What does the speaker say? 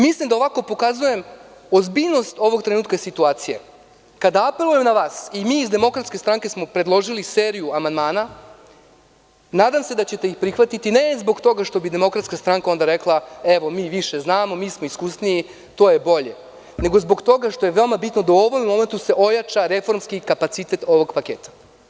Mislim da ovako pokazujem ozbiljnost ovog trenutka situacije, kada apelujem na vas i mi iz DS smo predložili seriju amandmana, i nadam se da ćete ih prihvatiti, ne zbog toga što bi DS onda rekla, mi više znamo, mi smo iskusniji, to je bolje, nego zbog toga što je veoma bitno da u ovom momentu se ojača reformi kapacitet ovog paketa.